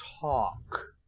talk